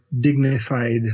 dignified